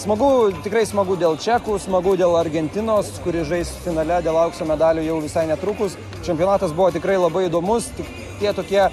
smagu tikrai smagu dėl čekų smagu dėl argentinos kuri žais finale dėl aukso medalių jau visai netrukus čempionatas buvo tikrai labai įdomus tik tie tokie